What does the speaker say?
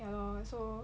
ya lor so